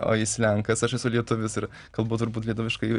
o jis lenkas aš esu lietuvis ir kalbu turbūt lietuviškai